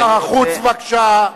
שר החוץ, בבקשה.